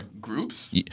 Groups